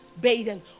Bathing